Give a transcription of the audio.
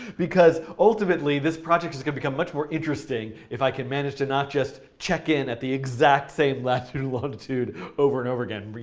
because ultimately, this project is going to become much more interesting if i can manage to not just check in at the exact same latitude and longitude over and over again.